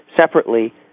separately